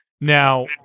now